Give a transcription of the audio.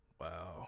Wow